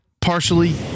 Partially